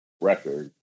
record